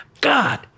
God